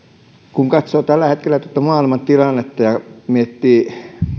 kun katsoo tällä hetkellä tuota maailman tilannetta ja miettii